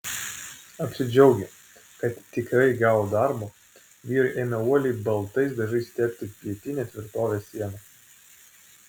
apsidžiaugę kad tikrai gavo darbo vyrai ėmė uoliai baltais dažais tepti pietinę tvirtovės sieną